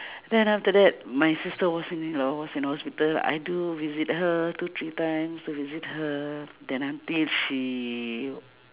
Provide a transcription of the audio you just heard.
then after that my sister was in you know was in the hospital I do visit her two three times to visit her then until she